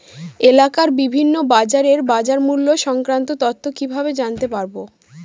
এলাকার বিভিন্ন বাজারের বাজারমূল্য সংক্রান্ত তথ্য কিভাবে জানতে পারব?